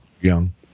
young